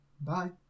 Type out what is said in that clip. Bye